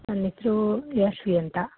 ನನ್ನ ಹೆಸರು ಯಶ್ವಿ ಅಂತ